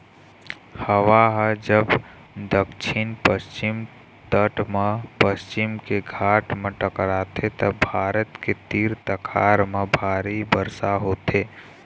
हवा ह जब दक्छिन पस्चिम तट म पश्चिम के घाट म टकराथे त भारत के तीर तखार म भारी बरसा होथे